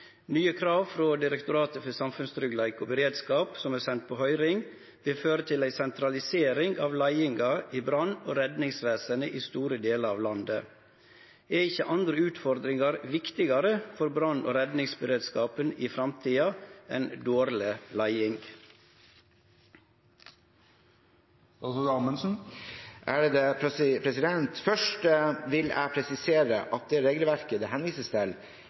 krav frå DSB som er sendt på høyring, vil føre til ei sentralisering av leiinga i brann- og redningsvesenet i store delar av landet. Er ikkje andre utfordringar viktigare for brann- og redningsberedskapen i framtida enn dårleg leiing?» Først vil jeg presisere at det regelverket det henvises til,